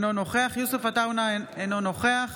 אינו נוכח